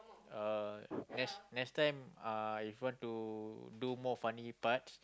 uh next next time uh if you want to do more funny parts